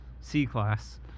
C-Class